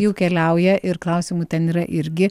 jų keliauja ir klausimų ten yra irgi